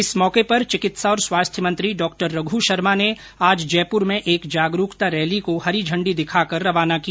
इस मौके पर चिकित्सा और स्वास्थ्य मंत्री डॉ रघू शर्मा ने आज जयपूर में एक जागरूकता रैली को हरी झण्डी दिखाकर रवाना किया